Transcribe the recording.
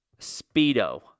speedo